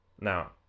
Now